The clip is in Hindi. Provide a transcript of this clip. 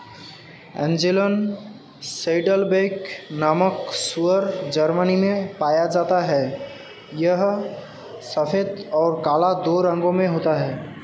एंजेलन सैडलबैक नामक सूअर जर्मनी में पाया जाता है यह सफेद और काला दो रंगों में होता है